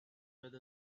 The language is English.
with